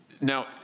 now